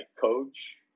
coach